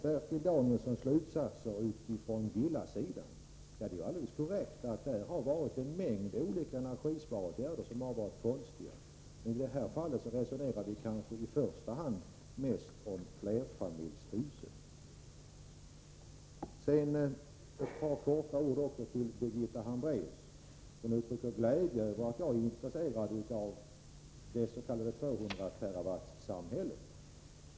Bertil Danielsson gör jämförelser med villasidan. Det är alldeles korrekt att det där genomförts en mängd olika energisparåtgärder som varit konstiga. Men i det här fallet talar vi i första hand om flerfamiljshus. Till sist ett par ord till Birgitta Hambraeus. Hon uttryckte glädje över att jag är intresserad av det s.k. 200-terawatt-samhället.